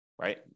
right